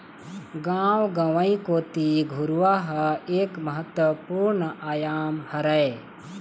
गाँव गंवई कोती घुरूवा ह एक महत्वपूर्न आयाम हरय